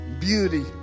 beauty